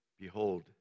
Behold